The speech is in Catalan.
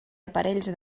aparells